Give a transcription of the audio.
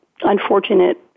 unfortunate